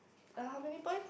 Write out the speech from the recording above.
uh how many points